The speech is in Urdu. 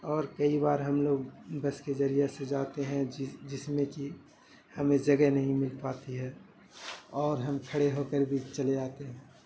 اور کئی بار ہم لوگ بس کے ذریعہ سے جاتے ہیں جس جس میں کہ ہمیں جگہ نہیں مل پاتی ہے اور ہم کھڑے ہو کر بھی چلے جاتے ہیں